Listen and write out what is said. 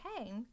Okay